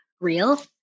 real